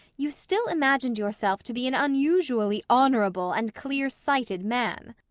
you still imagined yourself to be an unusually honourable and clear-sighted man.